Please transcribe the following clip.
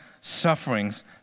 sufferings